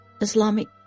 Islamic